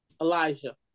elijah